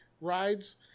rides